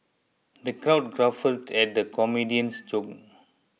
the crowd guffawed at the comedian's jokes